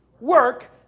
work